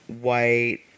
white